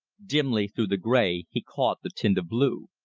dimly through the gray he caught the tint of blue.